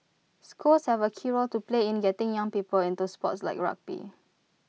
schools have A key role to play in getting young people into sports like rugby